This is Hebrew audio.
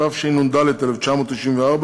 התשנ"ד 1994,